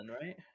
Right